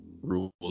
rules